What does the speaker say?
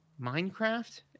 Minecraft